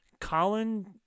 Colin